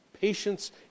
Patience